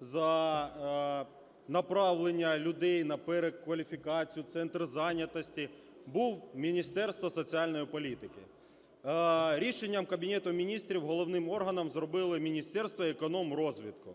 за направлення людей на перекваліфікацію у Центр зайнятості, було Міністерство соціальної політики. Рішенням Кабінету Міністрів головним органом зробили Міністерство економрозвитку,